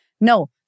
No